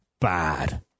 bad